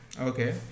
Okay